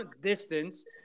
distance